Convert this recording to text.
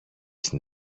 στην